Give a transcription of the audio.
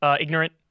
ignorant